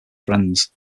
friends